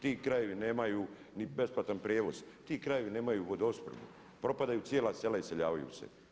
Ti krajevi nemaju ni besplatan prijevoz, ti krajevi nemaju vodoopskrbu, propadaju cijela sela iseljavaju se.